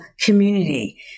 community